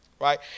right